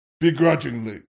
Begrudgingly